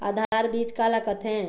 आधार बीज का ला कथें?